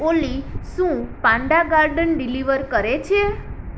ઓલી શું Panda Garden deliver કરે છે